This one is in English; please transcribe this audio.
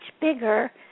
bigger